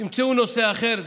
תמצאו נושא אחר.